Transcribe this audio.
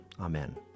Amen